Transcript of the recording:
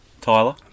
Tyler